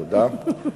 תודה.